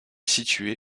situé